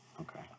Okay